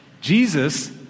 Jesus